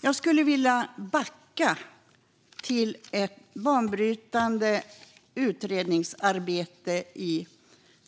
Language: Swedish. Jag skulle vilja backa tillbaka till ett banbrytande utredningsarbete i